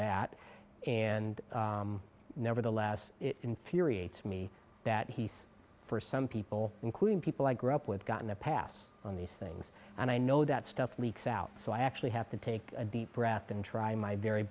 that and nevertheless it infuriates me that he's for some people including people i grew up with gotten a pass on these things and i know that stuff leaks out so i actually have to take a deep breath and try my very